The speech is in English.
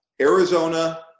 Arizona